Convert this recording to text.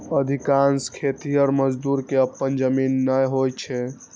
अधिकांश खेतिहर मजदूर कें अपन जमीन नै होइ छै